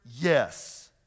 Yes